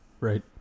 Right